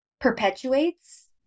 perpetuates